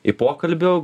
į pokalbio